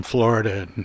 Florida